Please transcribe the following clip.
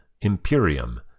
Imperium